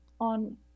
on